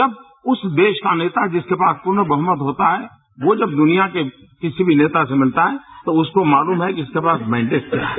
जब उस देश का नेता जिसके पास प्रर्ण बहुकत होता है वो जब दूनिया के किसी भी नेता से मिलता है तो उसको मालूम है कि इसके पास मेनडेट है